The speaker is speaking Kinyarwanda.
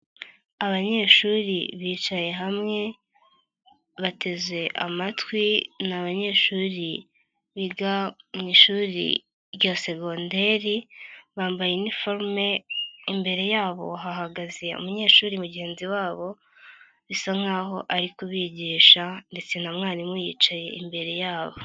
Abanyeshuri bicaye hamwe, bateze amatwi, ni abanyeshuri biga mu ishuri rya segonderi, bambaye iniforume, imbere yabo hahagaze umunyeshuri mugenzi wabo, bisa nkaho ari kubigisha ndetse na mwarimu yicaye imbere yabo.